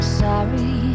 sorry